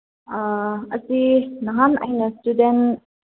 ꯑꯁꯤ ꯅꯍꯥꯟ ꯑꯩꯅ ꯏꯁꯇꯨꯗꯦꯟ